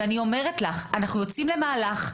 אני אומרת לך, אנחנו יוצאים למהלך.